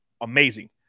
amazing